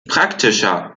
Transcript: praktischer